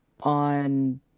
on